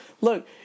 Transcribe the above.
look